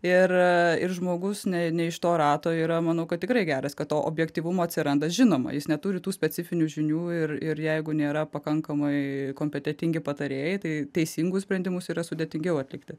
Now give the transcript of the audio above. ir ir žmogus ne ne iš to rato yra manau kad tikrai geras kad to objektyvumo atsiranda žinoma jis neturi tų specifinių žinių ir ir jeigu nėra pakankamai kompetentingi patarėjai tai teisingus sprendimus yra sudėtingiau atlikti